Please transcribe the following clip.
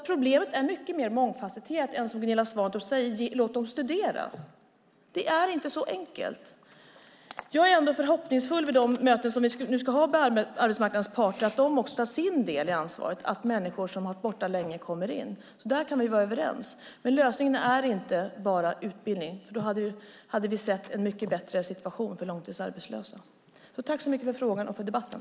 Problemet är mer mångfasetterat än att, som Gunilla Svantorp säger, låta dem studera. Det är inte så enkelt. Jag är ändå förhoppningsfull inför de möten vi ska ha med arbetsmarknadens parter, nämligen att de också tar sin del av ansvaret så att människor som har varit borta länge från arbetsmarknaden kan komma in. Där är vi överens. Lösningen är inte bara utbildning. Då hade vi sett en mycket bättre situation för de långtidsarbetslösa. Tack för frågan och för debatten!